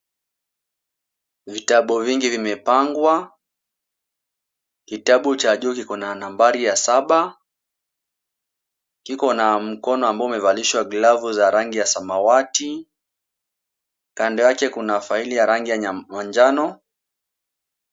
Vitabu vingi vimepangwa. Kitabu cha juu kiko na nambari ya saba. Kiko na mkono ambao umevalishwa glavu za rangi ya samawati. Kando yake kuna faili ya rangi ya manjano.